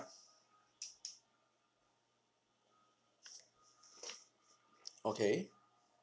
okay